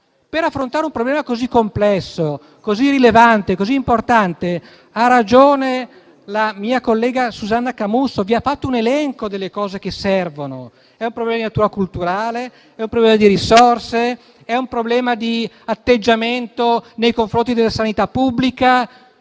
per affrontare un problema così complesso, così rilevante e così importante. Ha ragione la mia collega Susanna Camusso, che vi ha fatto un elenco delle cose che servono. È un problema di natura culturale; è un problema di risorse; è un problema di atteggiamento nei confronti della sanità pubblica: